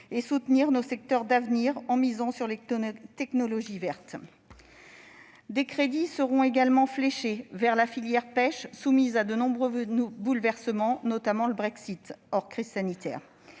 et soutenir nos secteurs d'avenir, en misant sur les technologies vertes. Des crédits seront également fléchés vers la filière de la pêche, qui connaît de nombreux bouleversements hors crise sanitaire,